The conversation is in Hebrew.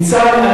ניצן,